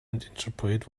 interpret